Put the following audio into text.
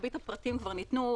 מרבית הפרטים כבר ניתנו.